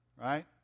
right